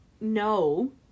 no